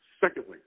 Secondly